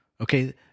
Okay